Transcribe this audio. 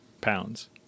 pounds